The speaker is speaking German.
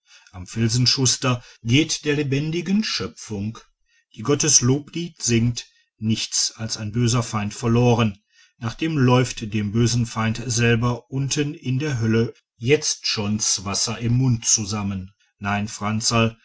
am filzenschuster geht der lebendigen schöpfung die gottes loblied singt nichts als ein böser feind verloren nach dem läuft dem bösen feind selber unten in der höll'n jetzt schon s wasser im maul zusammen nein franzl